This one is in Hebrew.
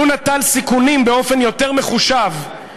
לו נטל סיכונים באופן יותר מחושב,